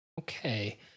Okay